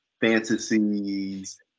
fantasies